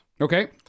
Okay